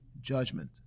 judgment